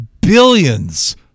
billions